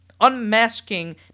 Unmasking